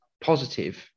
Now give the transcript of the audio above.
positive